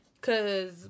cause